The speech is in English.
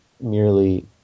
merely